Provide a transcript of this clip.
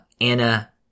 Anna